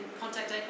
contact